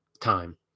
time